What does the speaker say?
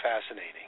fascinating